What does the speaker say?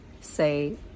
say